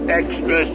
extra